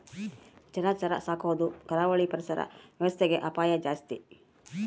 ಜಲಚರ ಸಾಕೊದು ಕರಾವಳಿ ಪರಿಸರ ವ್ಯವಸ್ಥೆಗೆ ಅಪಾಯ ಜಾಸ್ತಿ